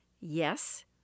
Yes